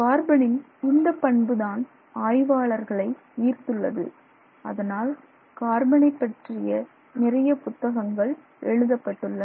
கார்பனின் இந்த பண்புதான் ஆய்வாளர்களை ஈர்த்துள்ளது அதனால் கார்பனை பற்றிய நிறைய புத்தகங்கள் எழுதப்பட்டுள்ளன